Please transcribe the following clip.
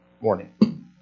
morning